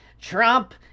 trump